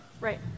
Right